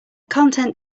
content